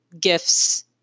gifts